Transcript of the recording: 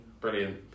brilliant